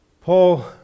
Paul